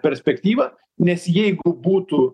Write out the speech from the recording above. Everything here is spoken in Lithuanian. perspektyvą nes jeigu būtų